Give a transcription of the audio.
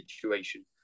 situation